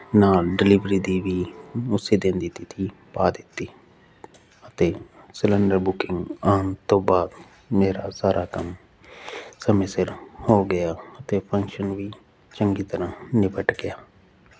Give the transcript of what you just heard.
ਨਾਲ ਡਿਲੀਵਰੀ ਦੀ ਵੀ ਉਸੇ ਦਿਨ ਦੀ ਤਿਥੀ ਪਾ ਦਿੱਤੀ ਅਤੇ ਸਿਲੰਡਰ ਬੁਕਿੰਗ ਆਉਣ ਤੋਂ ਬਾਅਦ ਮੇਰਾ ਸਾਰਾ ਕੰਮ ਸਮੇਂ ਸਿਰ ਹੋ ਗਿਆ ਅਤੇ ਪੈਨਸ਼ਨ ਵੀ ਚੰਗੀ ਤਰ੍ਹਾਂ ਨਿਪਟ ਗਿਆ